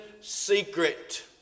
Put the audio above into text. secret